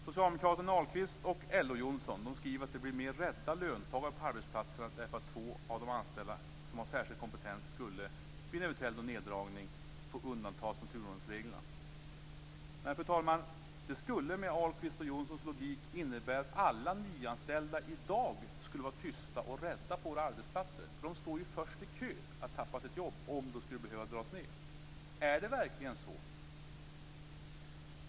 Socialdemokraten Ahlqvist och LO-Jonsson skriver att det blir mer "rädda löntagare" på arbetsplatserna därför att två av de anställda som har särskild kompetens vid en eventuell neddragning skulle få undantas från turordningsreglerna. Men, fru talman, det skulle med Ahlqvists och Jonssons logik innebära att alla nyanställda i dag skulle vara tysta och rädda på våra arbetsplatser, för de står ju först i kön för att tappa sitt jobb om det skulle behöva göras neddragningar. Är det verkligen så?